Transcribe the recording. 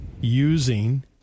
using